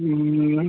ହୁଁ